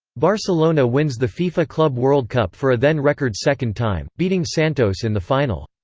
barcelona wins the fifa club world cup for a then-record second time, beating santos in the final.